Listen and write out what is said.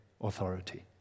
authority